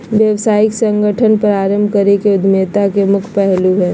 व्यावसायिक संगठन प्रारम्भ करे के उद्यमिता के मुख्य पहलू हइ